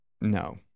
No